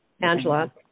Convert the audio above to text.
Angela